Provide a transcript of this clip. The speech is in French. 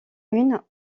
une